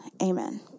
amen